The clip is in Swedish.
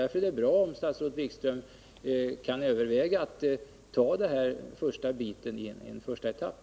Därför är det bra om statsrådet Wikström kan överväga att ta den här biten i en första etapp.